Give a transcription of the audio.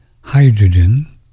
Hydrogen